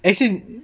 as in